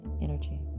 energy